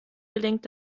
gelingt